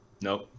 Nope